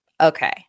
Okay